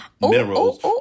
minerals